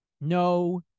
no